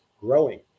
growing